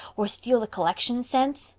or steal the collection cents?